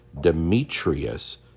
Demetrius